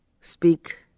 speak